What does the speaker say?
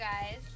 guys